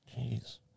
Jeez